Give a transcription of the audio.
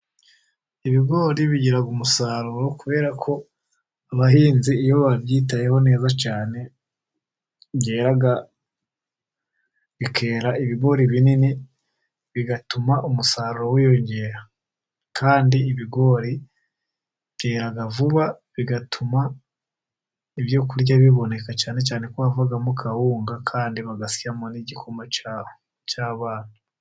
Ibigori bigira umusaruro, kubera ko abahinzi iyo babyitayeho neza cyane, byera bikera ibigori binini bigatuma umusaruro wiyongera, kandi ibigori byera vuba bigatuma ibyo kurya biboneka, cyane cyane ko bivamo kawunga, kandi bagasyamo n'igikoma cy'abana.